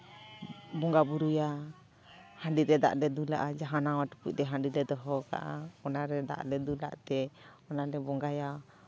ᱵᱚᱸᱜᱟᱼᱵᱩᱨᱩᱭᱟ ᱦᱟᱺᱰᱤ ᱞᱮ ᱫᱟᱜ ᱞᱮ ᱫᱩᱞᱟᱜᱼᱟ ᱡᱟᱦᱟᱸ ᱱᱟᱣᱟ ᱴᱩᱠᱩᱡ ᱞᱮ ᱦᱟᱺᱰᱤ ᱞᱮ ᱫᱚᱦᱚᱣ ᱠᱟᱜᱼᱟ ᱚᱱᱟᱨᱮ ᱫᱟᱜ ᱞᱮ ᱫᱩᱞᱟᱜ ᱛᱮ ᱚᱱᱟᱞᱮ ᱵᱚᱸᱜᱟᱭᱟ